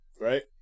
right